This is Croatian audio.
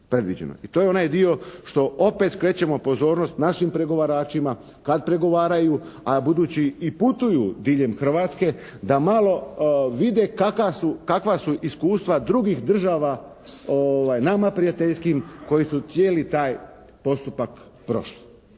I to je onaj dio što opet skrećemo pozornost našim pregovaračima kad pregovaraju, a budući i putuju diljem Hrvatske da malo vide kakva su iskustva drugih država nama prijateljskim koji su cijeli taj postupak prošle.